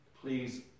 please